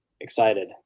excited